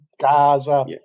Gaza